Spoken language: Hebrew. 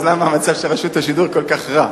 אז למה המצב של רשות השידור כל כך רע?